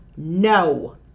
No